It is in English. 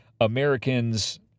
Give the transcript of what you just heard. americans